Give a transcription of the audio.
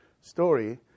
story